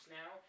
now